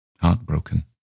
heartbroken